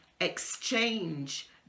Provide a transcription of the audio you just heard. exchange